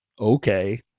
Okay